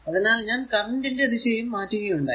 അതിനാൽ ഞാൻ കറന്റ് ന്റെ ദിശയും മാറ്റുകയുണ്ടായി